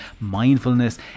mindfulness